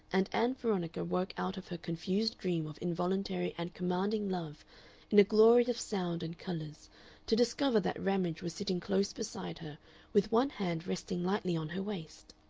and ann veronica woke out of her confused dream of involuntary and commanding love in a glory of sound and colors to discover that ramage was sitting close beside her with one hand resting lightly on her waist.